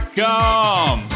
come